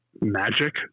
magic